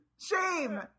Shame